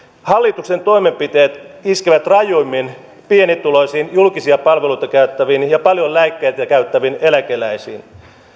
hallituksen toimenpiteet iskevät rajuimmin pienituloisiin julkisia palveluita käyttäviin ja paljon lääkkeitä käyttäviin eläkeläisiin